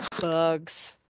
bugs